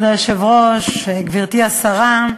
כבוד היושב-ראש, גברתי השרה,